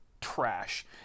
trash